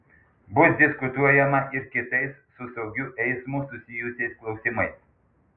bus diskutuojama ir kitais su saugiu eismu susijusiais klausimais